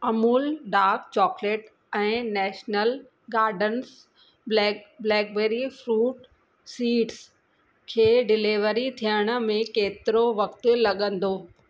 Amul dark chocolate ऐं national gardens black blackberry fruit seeds खे delivery थियण में केतिरो वक़्ति लॻंदो